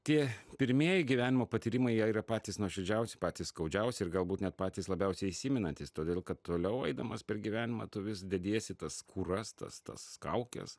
tie pirmieji gyvenimo patyrimai jie yra patys nuoširdžiausi patys skaudžiausi ir galbūt net patys labiausiai įsimenantys todėl kad toliau eidamas per gyvenimą tu vis dediesi tas skūras tas tas kaukes